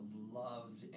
loved